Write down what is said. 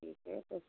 ठीक है तो